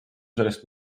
sellest